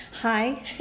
Hi